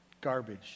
garbage